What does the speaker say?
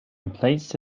emplaced